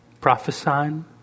Prophesying